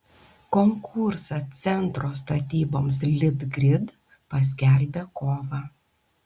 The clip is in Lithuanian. konkursą centro statyboms litgrid paskelbė kovą